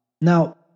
Now